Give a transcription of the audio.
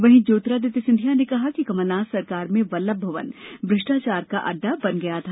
वही ज्योतिरादित्य सिंधिया ने कहा कि कमलनाथ सरकार में वल्लभ भवन भ्रष्टाचार का अड्डा बन गया था